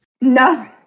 No